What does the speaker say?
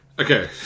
Okay